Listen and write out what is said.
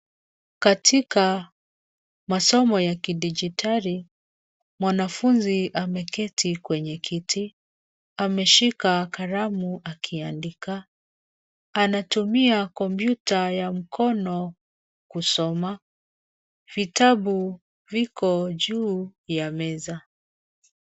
Katika masomo ya kidijitali, mwanafunzi ameketi kwenye kiti. Ameshika kalamu akiandika. Anatumia kompyuta ya mkono kusoma. Vitabu viko juu ya meza.